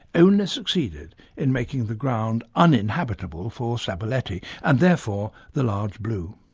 only succeeded in making the ground uninhabitable for sabuleti, and therefore the large blue.